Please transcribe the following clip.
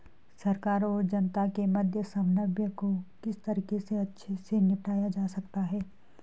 सरकार और जनता के मध्य समन्वय को किस तरीके से अच्छे से निपटाया जा सकता है?